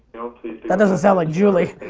that doesn't sound like julie.